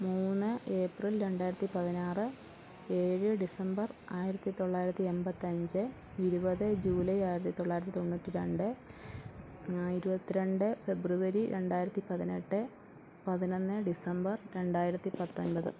മൂന്ന് ഏപ്രിൽ രണ്ടായിരത്തി പതിനാറ് ഏഴ് ഡിസംബർ ആയിരത്തി തൊള്ളായിരത്തി എൺപത്തഞ്ച് ഇരുപത് ജൂലൈ ആയിരത്തി തൊള്ളായിരത്തി തൊണ്ണൂറ്റിരണ്ട് ഇരുപത്തി രണ്ട് ഫെബ്രുവരി രണ്ടായിരത്തി പതിനെട്ട് പതിനൊന്ന് ഡിസംബർ രണ്ടായിരത്തി പത്തൊൻപത്